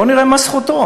בוא נראה מה זכותו.